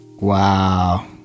Wow